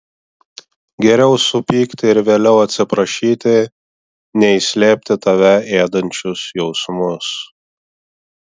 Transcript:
geriau supykti ir vėliau atsiprašyti nei slėpti tave ėdančius jausmus